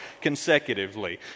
consecutively